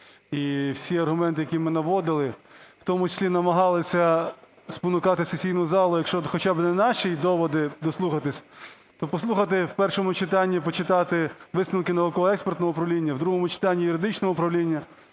І всі аргументи, які ми наводили, в тому числі і намагалися спонукати сесійну залу, якщо хоча би не наші доводи дослухатись, то послухати, в першому читанні почитати висновки Науково-експертного управління, в другому читанні - юридичного управління.